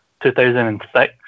2006